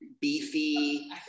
beefy